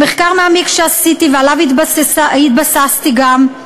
במחקר מעמיק שעשיתי ועליו התבססתי גם,